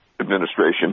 administration